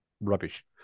rubbish